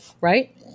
Right